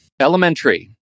Elementary